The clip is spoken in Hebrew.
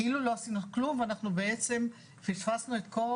כאילו לא עשינו כלום ואנחנו בעצם פספסנו את כל